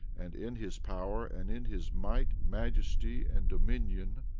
and in his power, and in his might, majesty, and dominion,